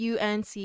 UNC